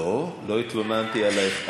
לא, לא התלוננתי עלייך.